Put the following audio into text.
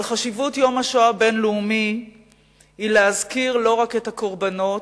אבל חשיבות יום השואה הבין-לאומי היא להזכיר לא רק את הקורבנות,